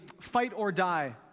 fight-or-die